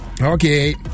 Okay